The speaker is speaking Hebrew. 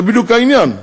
זה בדיוק העניין.